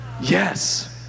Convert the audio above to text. Yes